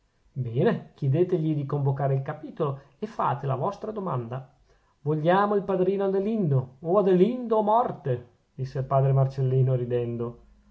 bene chiedetegli di convocare il capitolo e fate la vostra domanda vogliamo il padrino adelindo o adelindo o morte disse il padre marcellino ridendo